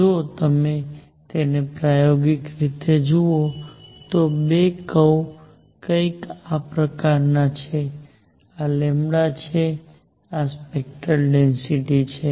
જો તમે તેને પ્રાયોગિક રીતે જુઓ તો બે કર્વ કંઈક આ પ્રકારના છે આ છે આ સ્પેક્ટ્રલ ડેન્સિટિ છે